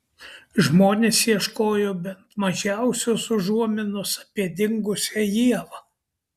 žmonės ieškojo bent mažiausios užuominos apie dingusią ievą